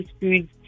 foods